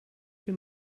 been